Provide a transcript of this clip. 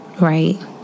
Right